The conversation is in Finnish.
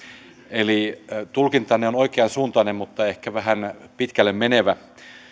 eli tulkintanne on oikeansuuntainen mutta ehkä vähän pitkälle menevä